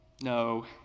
No